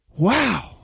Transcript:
wow